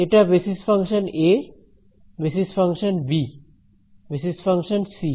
এটা basis function A basis function B basis function C